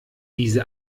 diese